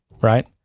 right